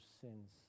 sins